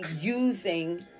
using